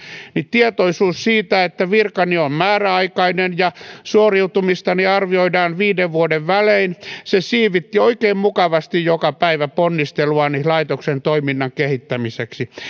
niin tietoisuus siitä että virkani on määräaikainen ja suoriutumistani arvioidaan viiden vuoden välein siivitti oikein mukavasti joka päivä ponnisteluani laitoksen toiminnan kehittämiseksi